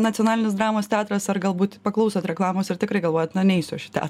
nacionalinis dramos teatras ar galbūt paklausot reklamos ir tikrai galvojat na neisiu aš į teatrą